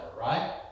right